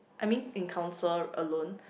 I mean in council alone